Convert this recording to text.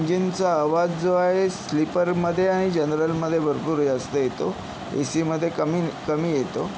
इंजिनचा आवाज जो आहे स्लीपरमधे आणि जनरलमधे भरपूर जास्त येतो एसीमधे कमी कमी येतो